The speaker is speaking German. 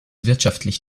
wirtschaftlich